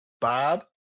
Bob